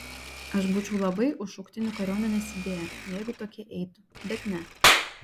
aš būčiau labai už šauktinių kariuomenės idėją jeigu tokie eitų bet ne